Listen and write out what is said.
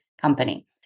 company